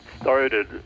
started